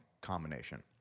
combination